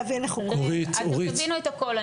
תבינו את הכל,